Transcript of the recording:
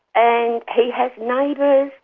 and he has neighbours,